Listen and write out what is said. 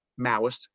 Maoist